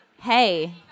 Hey